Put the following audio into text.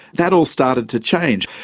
that all started to change.